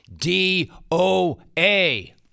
D-O-A